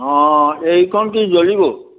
অঁ এইখন কি জ্বলি গ'ল